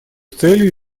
целью